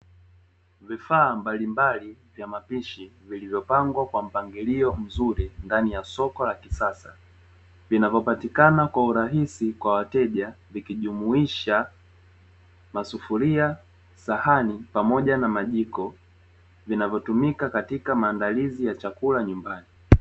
Vifaa mbalimbali vya mapishi vilivyopangwa kwa mpangilio mzuri ndani ya soko la kisasa, vinavyopatikana kwa urahisi kwa wateja vikijumuisha masufuria sahani pamoja na majiko vinavyotumika katika maandalizi ya chakula nyumbani.